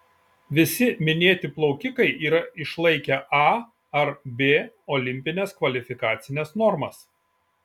visi minėti plaukikai yra išlaikę a ar b olimpines kvalifikacines normas